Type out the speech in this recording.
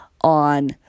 on